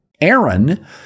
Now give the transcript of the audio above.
Aaron